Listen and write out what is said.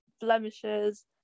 blemishes